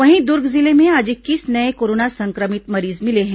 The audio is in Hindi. वहीं दुर्ग जिले में आज इक्कीस नये कोरोना संक्रमित मरीज मिले हैं